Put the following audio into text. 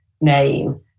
name